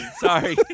Sorry